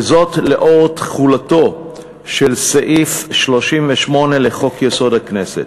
וזאת לאור תחולתו של סעיף 38 לחוק-יסוד: הכנסת.